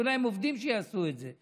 יהיו להם עובדים שיעשו את זה.